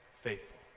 faithful